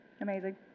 Amazing